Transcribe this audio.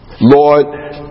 Lord